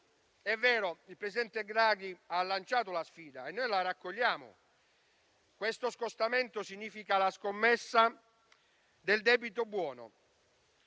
È vero, il presidente Draghi ha lanciato la sfida e noi la raccogliamo. Questo scostamento significa la scommessa del debito buono,